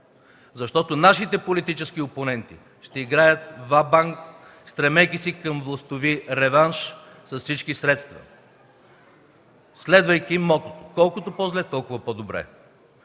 защото нашите политически опоненти ще играят ва банк, стремейки се към властови реванш с всички средства, следвайки мотото: „Колкото по-зле, толкова по-добре”.